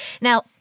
Now